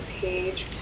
page